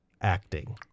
acting